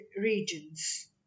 regions